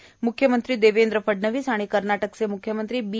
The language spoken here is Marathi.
म्ख्यमंत्री देवेंद्र फडणवीस आणि कर्नाटकचे म्ख्यमंत्री बी